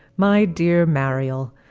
my dear marielle,